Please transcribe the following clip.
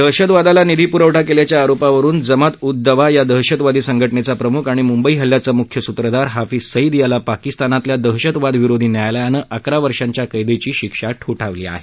दहशतवादाला निधी पुरवठा केल्याच्या आरोपावरून जमात उद दवा या दहशतवादी संघटनेचा प्रमुख आणि मुंबई हल्ल्याचा मुख्य सूत्रधार हाफिज सईद याला पाकिस्तानातल्या दहशतवादविरोधी न्यायालयानं अकरा वर्षांच्या कैदेची शिक्षा ठोठावली आहे